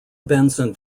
benson